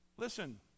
Listen